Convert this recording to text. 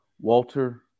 Walter